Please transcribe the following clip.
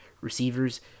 receivers